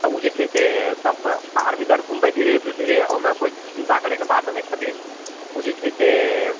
तऽ उ जे छै से तब बाहर भीतर घुमबय धीरे धीरे ओइमे कोइ चिन्ता करयके बात नहि छथिन उ जे छै से